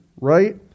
right